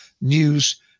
news